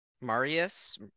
Marius